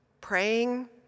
praying